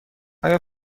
آیا